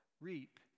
reap